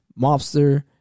mobster